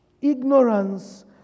Ignorance